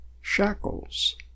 shackles